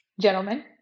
gentlemen